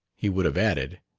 he would have added,